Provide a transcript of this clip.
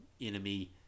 enemy